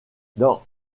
dans